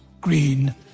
green